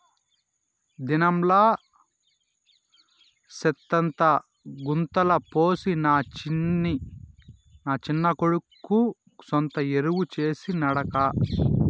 దినంలా సెత్తంతా గుంతల పోసి నా చిన్న కొడుకు సొంత ఎరువు చేసి నాడక్కా